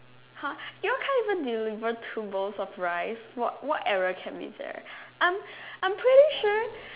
!huh! you all can't even deliver two bowls of rice what what error can be there I'm I'm pretty sure